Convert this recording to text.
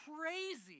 crazy